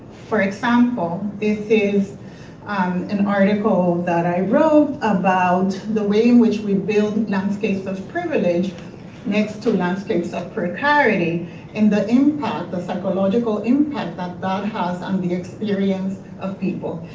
for example, this is um an article that i wrote about the way in which we build landscapes of privilege next to landscapes of precarity and the impact, the psychological impact, that that has on the experience of people.